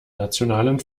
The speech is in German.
nationalen